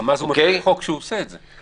גם אז הוא מפר חוק כשהוא עושה את זה, מפר בידוד.